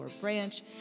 Branch